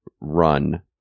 run